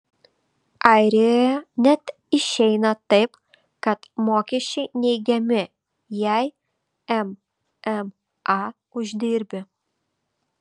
airijoje net išeina taip kad mokesčiai neigiami jei mma uždirbi